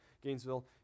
Gainesville